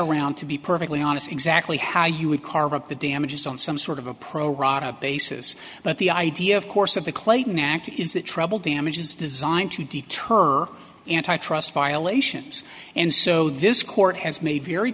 around to be perfectly honest exactly how you would carve up the damages on some sort of a pro rata basis but the idea of course of the clayton act is that trouble damages designed to deter antitrust violations and so this court has made very